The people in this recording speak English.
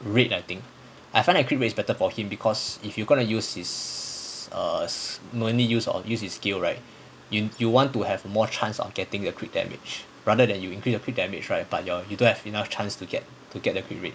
rate I think I find that crit rate is better for him because if you gonna use his err mainly use err use his skill right you you want to have more chance of getting a crit damage rather than you increase the crit damage right but your you don't have enough chance to get to get the crit rate